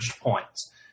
points